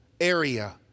area